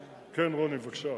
כן, רוני, בבקשה.